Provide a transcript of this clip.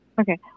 Okay